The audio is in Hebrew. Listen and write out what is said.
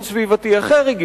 החוק